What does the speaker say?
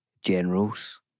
generals